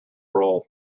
role